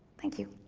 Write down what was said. thank you.